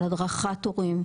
על הדרכת הורים.